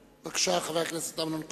בבקשה, חבר הכנסת אמנון כהן.